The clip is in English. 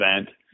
event